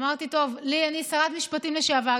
אמרתי: אני שרת משפטים לשעבר,